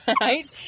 Right